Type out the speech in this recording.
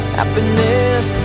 Happiness